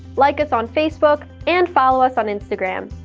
like us on facebook, and follow us on instagram.